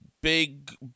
big